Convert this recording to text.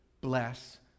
bless